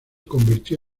convirtió